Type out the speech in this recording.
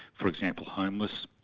for example, homeless,